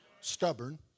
stubborn